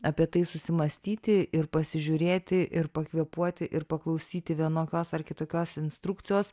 apie tai susimąstyti ir pasižiūrėti ir pakvėpuoti ir paklausyti vienokios ar kitokios instrukcijos